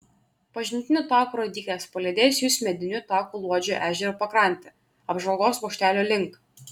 pažintinio tako rodyklės palydės jus mediniu taku luodžio ežero pakrante apžvalgos bokštelio link